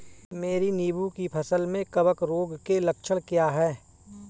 मेरी नींबू की फसल में कवक रोग के लक्षण क्या है?